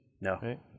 No